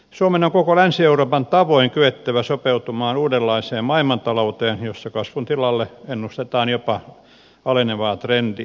suomen on koko länsi euroopan tavoin kyettävä sopeutumaan uudenlaiseen maailmantalouteen jossa kasvun tilalle ennustetaan jopa alenevaa trendiä